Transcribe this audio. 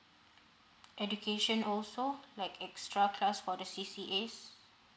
education also like extra class for the C_C_A